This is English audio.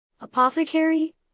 Apothecary